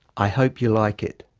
i hope you like it.